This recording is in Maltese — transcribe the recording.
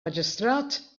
maġistrat